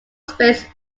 space